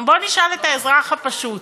גם, בוא נשאל את האזרח הפשוט,